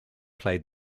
played